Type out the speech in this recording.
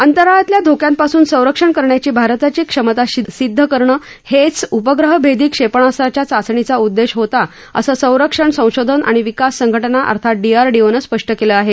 अंतराळातल्या धोक्यांपासून संरक्षण करण्याची भारताची क्षमता सिद्ध करणं हेच उपग्रह भेदी क्षेपणाखाच्या चाचणीचा उद्देश होता असं संरक्षण संशोधन आणि विकास संघटना अर्थात डीआरडीओनं स्पष्ट केलं आहे